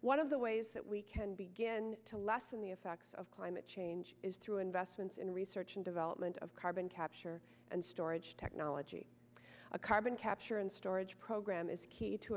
one of the ways that we can begin to lessen the effects of climate change is through investments in research and development of carbon capture and storage technology a carbon capture and storage program is key t